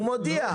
הוא מודיע.